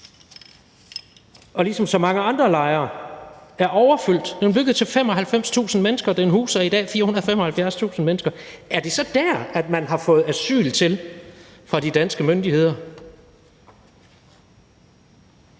og ligesom så mange andre lejre er overfyldt. Den er bygget til 95.000 mennesker. Den huser i dag 475.000 mennesker. Er det så dér, man har fået asyl til af de danske myndigheder?